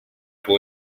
può